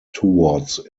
towards